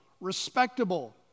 respectable